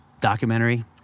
documentary